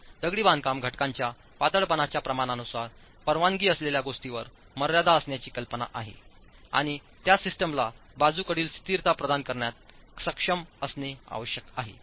तर दगडी बांधकाम घटकांच्या पातळपणाच्या प्रमाणानुसार परवानगी असलेल्या गोष्टींवर मर्यादा असण्याची कल्पना आहे आणि त्या सिस्टमला बाजूकडील स्थिरता प्रदान करण्यात सक्षम असणे आवश्यक आहे